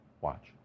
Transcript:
Watch